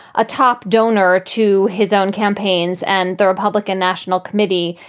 a top donor to his own campaigns and the republican national committee.